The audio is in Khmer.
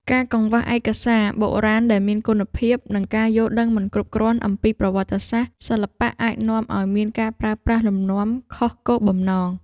ការខ្វះឯកសារបុរាណដែលមានគុណភាព និងការយល់ដឹងមិនគ្រប់គ្រាន់អំពីប្រវត្តិសាស្ត្រសិល្បៈអាចនាំឲ្យមានការប្រើប្រាស់លំនាំខុសគោលបំណង។